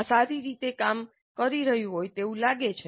આ સારી રીતે કામ કરી રહ્યું હોય તેવું લાગે છે